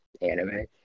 anime